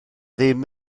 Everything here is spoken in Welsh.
ddim